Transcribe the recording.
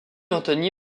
anthony